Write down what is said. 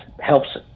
helps